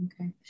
Okay